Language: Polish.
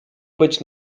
być